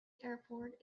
airport